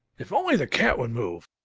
if only the cat would move!